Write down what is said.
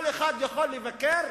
כל אחד יכול לבקר.